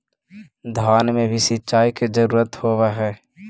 धान मे भी सिंचाई के जरूरत होब्हय?